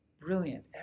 brilliant